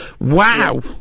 wow